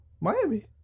Miami